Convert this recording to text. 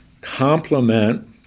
complement